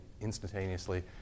instantaneously